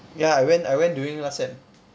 ya I went I went during last sem